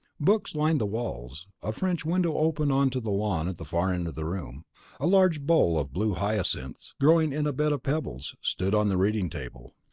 books lined the walls a french window opened on to the lawn at the far end of the room a large bowl of blue hyacinths, growing in a bed of pebbles, stood on the reading table.